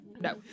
No